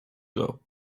ago